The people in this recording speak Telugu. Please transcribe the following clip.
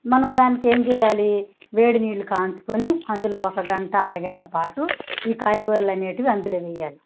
మనం దానికి ఏం చేయాలి వేడి నీళ్ళు కాచుకొని అందులో ఒక గంట అరగంట పాటు ఈ కాయగూరలు అనేవి అందులో వేయాలి